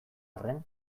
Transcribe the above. arren